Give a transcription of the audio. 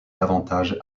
davantage